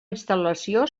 instal·lació